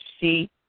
see